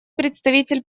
представитель